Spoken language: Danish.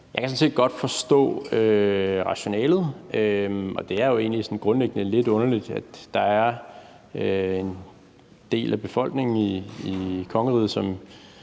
Jeg kan sådan set godt forstå rationalet, og det er jo egentlig sådan grundlæggende lidt underligt, at der er en del af befolkningen i kongeriget, som